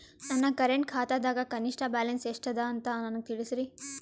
ನನ್ನ ಕರೆಂಟ್ ಖಾತಾದಾಗ ಕನಿಷ್ಠ ಬ್ಯಾಲೆನ್ಸ್ ಎಷ್ಟು ಅದ ಅಂತ ನನಗ ತಿಳಸ್ರಿ